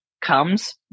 comes